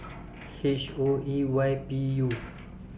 H O E Y P U